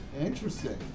Interesting